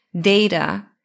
data